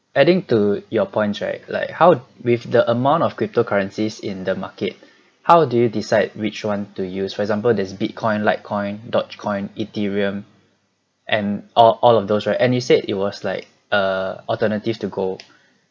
adding to your points right like how with the amount of cryptocurrencies in the market how do you decide which one to use for example there's bitcoin litecoin dogecoin ethereum and or all of those right and you said it was like err alternative to gold